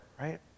right